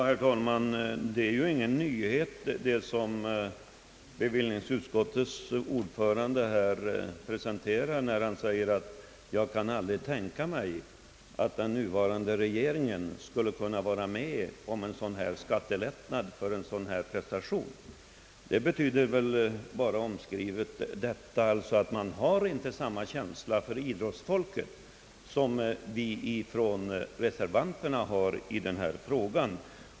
Herr talman! Det är ju ingen nyhet som = bevillningsutskottets ordförande presenterar när han säger, att han aldrig kan tänka sig att nuvarande regering skulle kunna vara med om en skattelättnad för prestationer av det slag vi här talar om. Det betyder ju bara omskrivet, att regeringen inte skulle ha samma känsla för idrottsfolket som vi har i denna fråga.